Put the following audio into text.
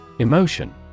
Emotion